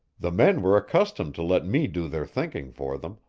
the men were accustomed to let me do their thinking for them,